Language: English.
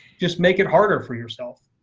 just make it harder for yourself.